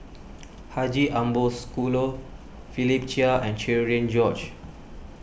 Haji Ambo Sooloh Philip Chia and Cherian George